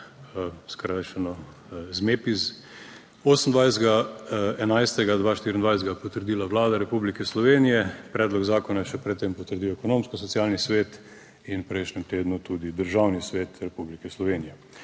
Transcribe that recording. skrajšano ZMEPIZ. 28. 11. 2024 ga je potrdila Vlada Republike Slovenije. Predlog zakona je še pred tem potrdil Ekonomsko-socialni svet in v prejšnjem tednu tudi Državni svet Republike Slovenije.